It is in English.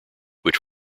which